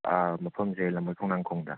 ꯃꯐꯝꯁꯦ ꯂꯝꯕꯣꯏ ꯈꯣꯡꯅꯥꯡꯈꯣꯡꯗ